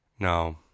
No